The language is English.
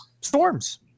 storms